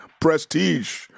prestige